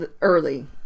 early